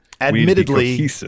Admittedly